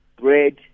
bread